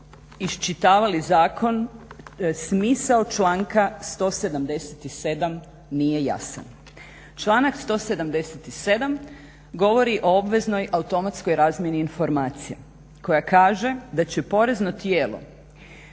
iščitavali zakon smisao članka 177. nije jasan. Članak 177. govori o obveznoj automatskoj razmjeni informacija koja kaže da će porezno tijelo,